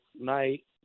night